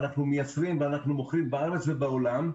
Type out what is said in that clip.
אנחנו מייצרים ואנחנו מכרים בארץ ובעולם.